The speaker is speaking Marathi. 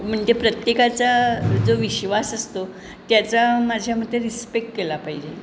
म्हणजे प्रत्येकाचा जो विश्वास असतो त्याचा माझ्यामते रिस्पेक्ट केला पाहिजे